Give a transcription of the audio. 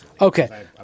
Okay